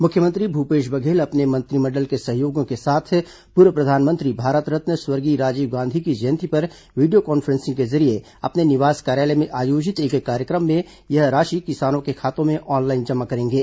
मुख्यमंत्री भूपेश बघेल अपने मंत्रिमंडल के सहयोगियों के साथ पूर्व प्रधानमंत्री भारतरत्न स्वर्गीय राजीव गांधी की जयंती पर वीडियो कॉन्फ्रेंसिंग के जरिये अपने निवास कार्यालय में आयोजित एक कार्यक्रम में यह राशि किसानों के खातों में ऑनलाइन जमा करेंगे